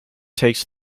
takes